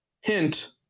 Hint